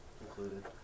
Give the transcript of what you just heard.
included